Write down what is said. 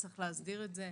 צריך להסדיר את זה.